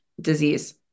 disease